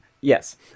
yes